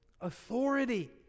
authority